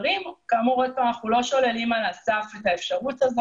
כאמור, אנחנו לא שוללים על הסף את האפשרות הזאת.